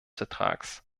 vertrags